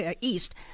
east